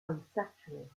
unsaturated